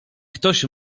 ktoś